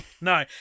No